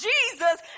Jesus